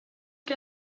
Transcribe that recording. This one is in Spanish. que